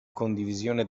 condivisione